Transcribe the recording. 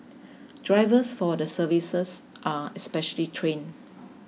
drivers for the services are specially trained